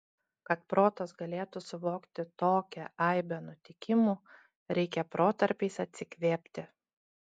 kad protas galėtų suvokti tokią aibę nutikimų reikia protarpiais atsikvėpti